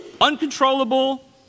uncontrollable